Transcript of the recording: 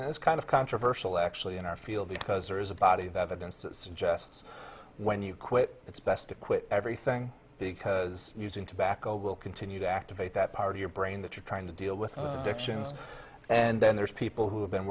as kind of controversial actually in our field because there is a body that against that suggests when you quit it's best to quit everything because using tobacco will continue to activate that part of your brain that you're trying to deal with addictions and then there are people who have been